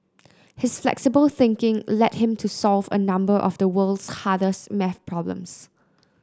his flexible thinking led him to solve a number of the world's hardest maths problems